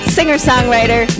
Singer-songwriter